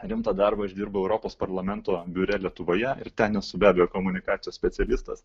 rimtą darbą aš dirbu europos parlamento biure lietuvoje ir ten esu be abejo komunikacijos specialistas